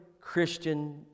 Christian